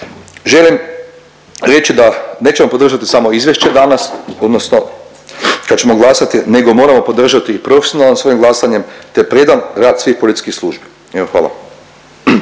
Želim reći da nećemo podržati samo izvješće danas odnosno kad ćemo glasati, nego moramo podržati i profesionalno svojim glasanjem te predan rad svih policijskih službi. Evo,